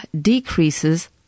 decreases